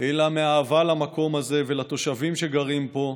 אלא מהאהבה למקום הזה ולתושבים שגרים פה,